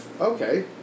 okay